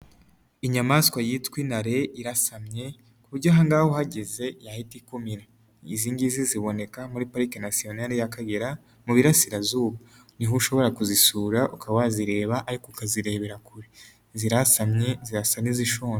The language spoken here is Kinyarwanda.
Inyamaswa yitwa intare irasamye ku buryo aha ngaha uhageze yahita ikumira, izi ngizi ziboneka muri parike nasiyonari y'akagera mu burasirazuba niho ushobora kuzisura ukaba wazireba ariko ukazirebera kure zirasamye zirasa n'izishonje.